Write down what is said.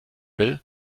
will